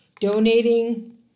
donating